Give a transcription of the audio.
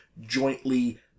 jointly